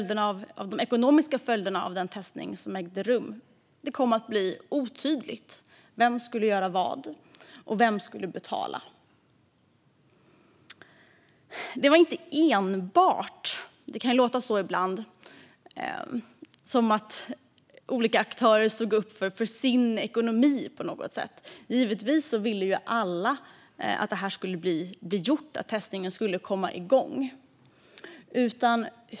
De ekonomiska följderna av den testning som ägde rum kom att bli otydliga, liksom vem som skulle göra och vem som skulle betala. Det kan ibland låta som att olika aktörer stod upp för sin ekonomi på något sätt. Givetvis ville ju alla att testningen skulle komma igång.